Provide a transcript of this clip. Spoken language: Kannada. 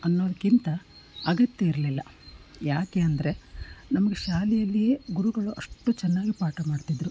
ಅನ್ನೋದಕ್ಕಿಂತ ಅಗತ್ಯ ಇರಲಿಲ್ಲ ಯಾಕೆ ಅಂದರೆ ನಮಗೆ ಶಾಲೆಯಲ್ಲಿಯೇ ಗುರುಗಳು ಅಷ್ಟು ಚೆನ್ನಾಗಿ ಪಾಠ ಮಾಡ್ತಿದ್ದರು